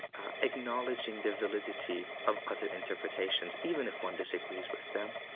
acknowledging the validity of other interpretations, even if one disagrees with them